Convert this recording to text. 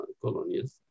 colonials